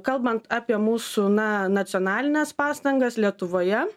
kalbant apie mūsų na nacionalines pastangas lietuvoje